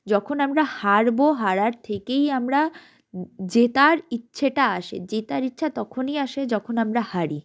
যখন আমরা হারবো হারার থেকেই আমরা জেতার ইচ্ছেটা আসে জেতার ইচ্ছা তখনই আসে যখন আমরা হারি